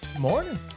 Morning